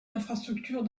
infrastructure